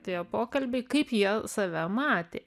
tie pokalbiai kaip jie save matė